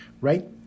right